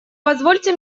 позвольте